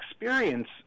experience